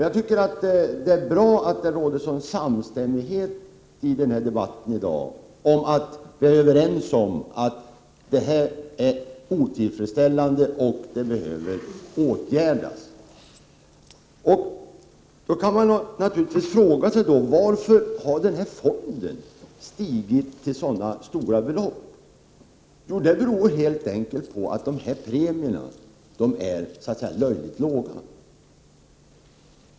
Jag tycker att det är bra att det råder samstämmighet i denna debatt om att situationen är otillfredsställande och behöver åtgärdas. Man kan naturligtvis fråga sig varför fondkapitalet stigit till sådana stora belopp. Jo, det beror helt enkelt på att premierna är så löjligt låga.